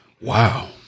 Wow